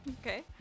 okay